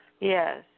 Yes